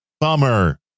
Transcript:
bummer